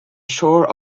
shore